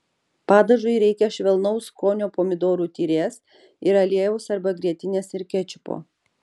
padažui reikia švelnaus skonio pomidorų tyrės ir aliejaus arba grietinės ir kečupo